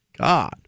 God